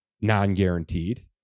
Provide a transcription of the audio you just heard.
non-guaranteed